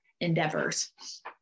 endeavors